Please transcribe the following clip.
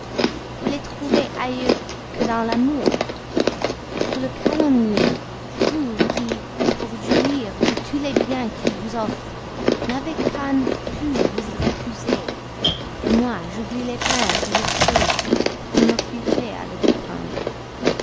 où les trouver ailleurs que dans l'amour vous le calomniez vous qui pour jouir de tous les biens qu'il vous offre n'avez qu'à ne plus vous y refuser moi j'oublie les peines que j'éprouve pour m'occuper à le défendre